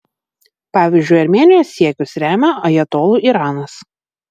pavyzdžiui armėnijos siekius remia ajatolų iranas